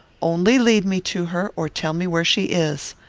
only lead me to her, or tell me where she is.